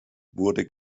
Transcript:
wurde